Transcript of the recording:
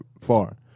far